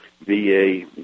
VA